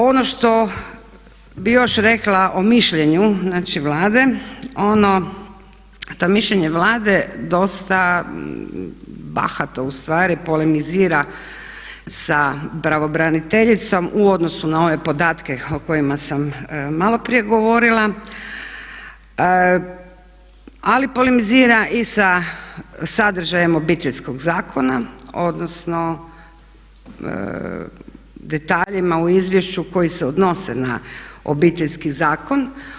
Ono što bi još rekla o mišljenju znači Vladi, to mišljenje Vlade dosta bahato ustvari polemizira sa pravobraniteljicom u odnosu na ove podatke o kojima sam maloprije govorila, ali polemizira i sa sadržajem Obiteljskog zakona odnosno detaljima u izvješću koji se odnose na Obiteljski zakon.